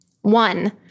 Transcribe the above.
One